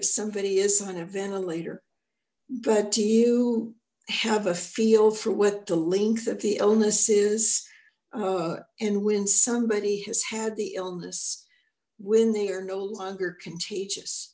if somebody is on a ventilator but do you have a feel for what the lee that the illnesses and when somebody has had the illness when they are no longer contagious